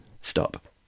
Stop